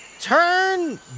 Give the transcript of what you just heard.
Turn